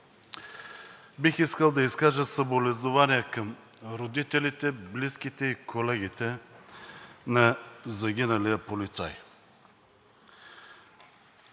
Бих искал да изкажа съболезнования към родителите, близките и колегите на загиналия полицай.